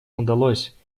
удалось